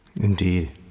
Indeed